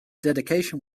dedication